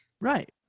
Right